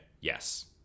yes